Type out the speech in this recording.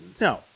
No